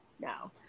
No